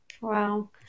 Wow